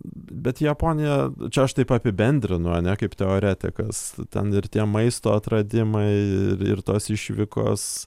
bet japonija čia aš taip apibendrinu ane kaip teoretikas ten ir tie maisto atradimai ir ir tos išvykos